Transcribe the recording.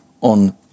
on